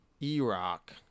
E-Rock